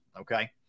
Okay